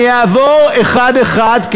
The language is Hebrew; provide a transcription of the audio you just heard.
ואני אעבור אחד-אחד,